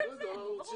רק על זה, ברור.